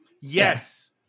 Yes